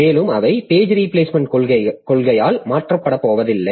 மேலும் அவை பேஜ் ரீபிளேஸ்மெண்ட்க் கொள்கையால் மாற்றப்படப்போவதில்லை